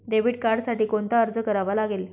Debit कार्डसाठी कोणता अर्ज करावा लागेल?